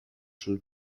sol